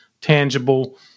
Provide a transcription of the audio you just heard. tangible